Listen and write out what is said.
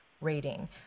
rating